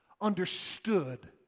understood